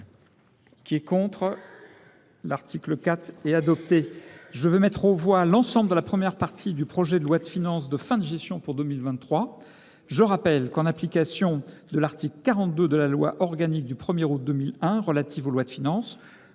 4 et de l’état A annexé, modifié. Je vais mettre aux voix l’ensemble de la première partie du projet de loi de finances de fin de gestion pour 2023. Je rappelle qu’en application de l’article 42 de la loi organique du 1 août 2001 relative aux lois de finances,